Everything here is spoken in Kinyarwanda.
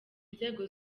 inzego